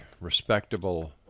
respectable